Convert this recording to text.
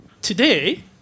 Today